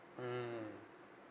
mmhmm